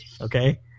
okay